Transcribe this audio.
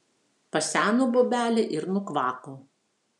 paseno bobelė ir nukvako